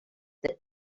that